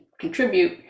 contribute